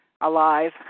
alive